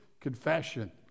confession